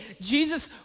Jesus